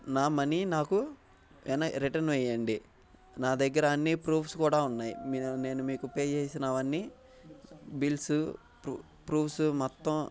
నా మనీ నాకు రిటర్న్ వేయండి నా దగ్గర అన్ని ప్రూఫ్స్ కూడా ఉన్నాయి మీ నేను మీకు పే చేసినవి అన్ని బిల్స్ ప్రూఫ్స్ మొత్తం